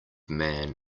man